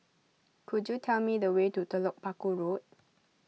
could you tell me the way to Telok Paku Road